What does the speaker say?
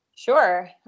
Sure